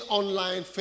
online